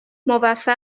باشی